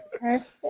perfect